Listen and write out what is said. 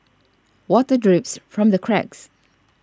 water drips from the cracks